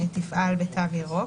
תפעל בתו ירוק.